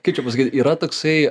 kaip čia pasakyt yra toksai